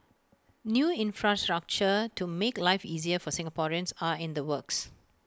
new infrastructure to make life easier for Singaporeans are in the works